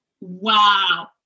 Wow